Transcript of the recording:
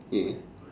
yeah